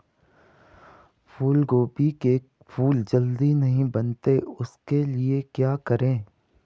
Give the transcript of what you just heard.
फूलगोभी के फूल जल्दी नहीं बनते उसके लिए क्या करें?